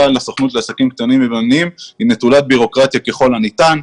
לסוכנות לעסקים קטנים ובינוניים היא נטולת בירוקרטיה ככל הניתן,